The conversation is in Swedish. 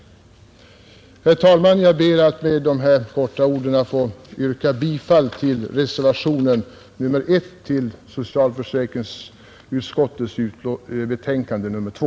Herr talman! Jag ber med dessa få ord att få yrka bifall till reservationen 1 vid socialförsäkringsutskottets betänkande nr 2.